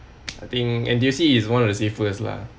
I think N_T_U_C is one of the safest lah